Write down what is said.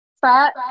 fat